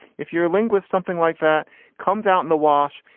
if you're a linguist something like that comes out in the wash.